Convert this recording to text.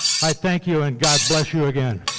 i thank you, and god bless you again.